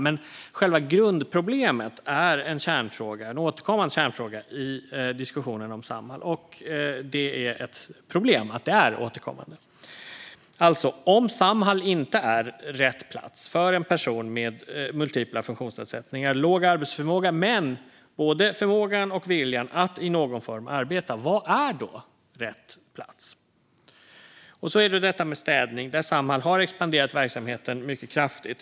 Men själva grundproblemet är en återkommande kärnfråga i diskussionen om Samhall, och det är ett problem att det är återkommande. Alltså: Om Samhall inte är rätt plats för en person med multipla funktionsnedsättningar och låg arbetsförmåga men som har både förmågan och viljan att i någon form arbeta, vad är då rätt plats? Sedan är det då detta med städning där Samhall har expanderat verksamheten mycket kraftigt.